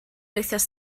wythnos